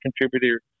contributor